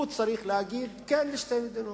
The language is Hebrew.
הוא צריך להגיד כן לשתי מדינות.